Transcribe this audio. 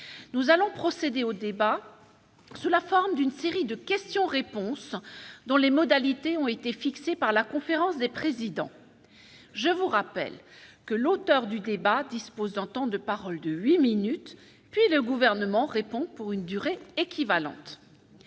nous allons procéder au débat sous la forme d'une série de questions-réponses, dont les modalités ont été fixées par la conférence des présidents, je vous rappelle que l'auteur du débat dispose d'un temps de parole de 8 minutes, puis le gouvernement répond pour une durée équivalente,